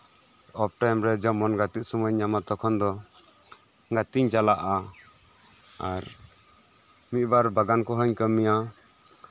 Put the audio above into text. off time ᱨᱮ ᱡᱚᱠᱷᱚᱱ ᱜᱟᱛᱮᱜ ᱥᱚᱢᱚᱭ ᱤᱧ ᱧᱟᱢᱟ ᱛᱚᱠᱷᱚᱱ ᱫᱚ ᱜᱟᱛᱮᱧ ᱪᱟᱞᱟᱜᱼᱟ ᱟᱨ ᱢᱤᱫᱵᱟᱨ ᱵᱟᱜᱟᱱ ᱠᱚᱦᱚᱧ ᱠᱟᱹᱢᱤᱭᱟ